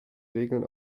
regeln